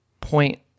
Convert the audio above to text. point